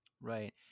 Right